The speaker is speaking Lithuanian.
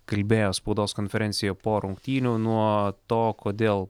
kalbėjo spaudos konferencijoje po rungtynių nuo to kodėl